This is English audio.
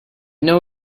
know